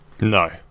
No